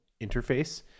interface